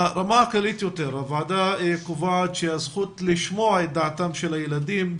ברמה הכללית יותר הוועדה קובעת שהזכות לשמוע את דעתם של הילדים,